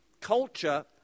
culture